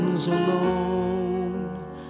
alone